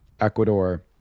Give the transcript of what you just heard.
Ecuador